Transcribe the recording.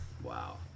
wow